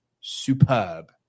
superb